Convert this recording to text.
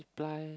multiply